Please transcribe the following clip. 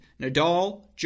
Nadal